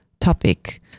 topic